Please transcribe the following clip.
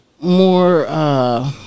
more –